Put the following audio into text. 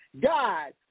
God